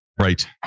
right